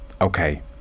okay